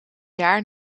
jaar